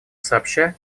сообща